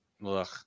look